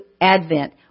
Advent